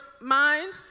mind